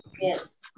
Yes